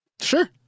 sure